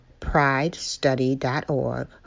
pridestudy.org